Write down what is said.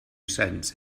cents